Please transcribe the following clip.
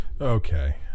Okay